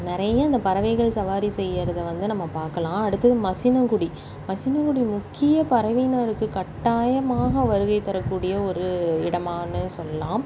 நிறைய அந்த பறவைகள் சவாரி செய்கிறத வந்து நம்ம பார்க்கலாம் அடுத்தது மசினங்குடி மசினங்குடி முக்கிய பறவையினருக்கு கட்டாயமாக வருகை தரக்கூடிய ஒரு இடமாக வந்து இதை சொல்லலாம்